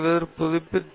அதில் இணைத்தேன்